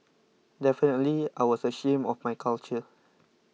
definitely I was ashamed of my culture